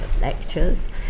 lectures